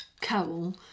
cowl